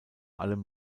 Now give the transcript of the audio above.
allem